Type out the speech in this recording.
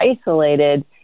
isolated